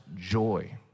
joy